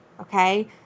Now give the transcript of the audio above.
Okay